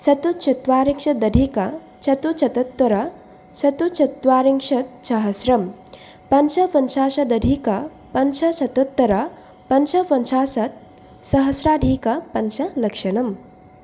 चतुश्चत्वारिंशदधिकचतुश्शतोत्तरचतुश्चत्वारिंशत्सहस्रं पञ्चपञ्चाशदधिकपञ्चशतोत्तरपञ्चपञ्चाशत् सहस्राधिकपञ्चलक्षम्